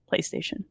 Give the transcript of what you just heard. PlayStation